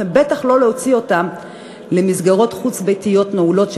ובטח לא להוציא אותם למסגרות חוץ-ביתיות נעולות,